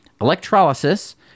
electrolysis